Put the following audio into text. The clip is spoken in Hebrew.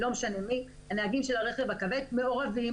לא משנה מי הנהגים של הרכב הכבד מעורבים